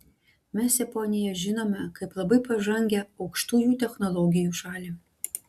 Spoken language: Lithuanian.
mes japoniją žinome kaip labai pažangią aukštųjų technologijų šalį